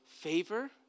favor